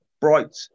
bright